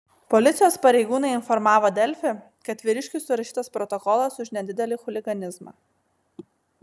policijos pareigūnai informavo delfi kad vyriškiui surašytas protokolas už nedidelį chuliganizmą